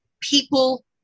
people